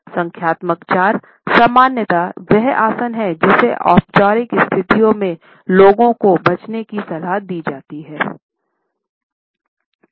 संख्यात्मक 4 सामान्यतया वह आसन है जिसे औपचारिक स्थितियों में लोगों को बचने की सलाह दी जाती है